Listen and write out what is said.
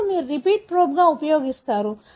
ఇప్పుడు మీరు రిపీట్ను ప్రోబ్గా ఉపయోగిస్తారు